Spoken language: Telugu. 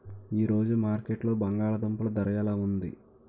ఈ రోజు మార్కెట్లో బంగాళ దుంపలు ధర ఎలా ఉంది?